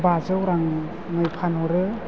बाजौ राङै फानहरो